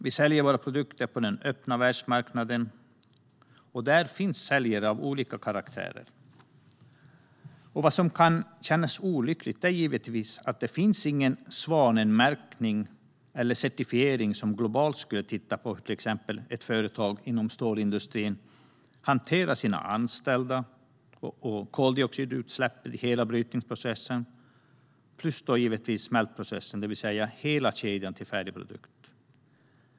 Vi säljer våra produkter på den öppna världsmarknaden, och där finns ju säljare av olika karaktär. Vad som känns olyckligt är givetvis att det inte finns någon svanmärkning eller certifiering som i ett globalt perspektiv tittar på hur till exempel ett företag inom stålindustrin hanterar sina anställda, koldioxidutsläpp i hela brytningsprocessen och även smältprocessen, det vill säga hela kedjan till färdig produkt.